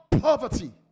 poverty